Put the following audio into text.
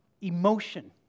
emotion